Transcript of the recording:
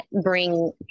bring